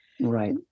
Right